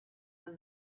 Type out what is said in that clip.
than